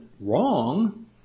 wrong